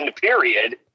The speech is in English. period